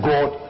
God